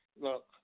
Look